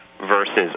versus